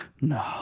No